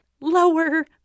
Lower